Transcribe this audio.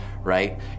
right